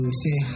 say